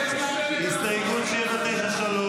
הסתייגות 793,